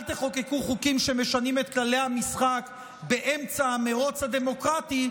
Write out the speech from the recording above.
אל תחוקקו חוקים שמשנים את כללי המשחק באמצע המרוץ הדמוקרטי,